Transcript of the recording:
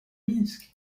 minsk